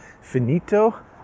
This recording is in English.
finito